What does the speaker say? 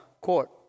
court